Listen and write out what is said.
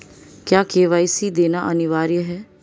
क्या के.वाई.सी देना अनिवार्य है?